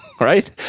Right